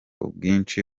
ubwinshi